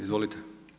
Izvolite.